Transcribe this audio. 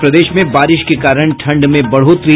और प्रदेश में बारिश के कारण ठंड में बढ़ोतरी